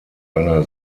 einer